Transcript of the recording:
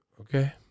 Okay